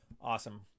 Awesome